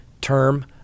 term